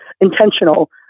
intentional